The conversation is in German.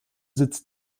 sitz